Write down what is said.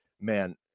man